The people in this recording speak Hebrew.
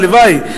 הלוואי.